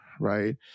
right